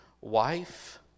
wife